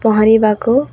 ପହଁରିବାକୁ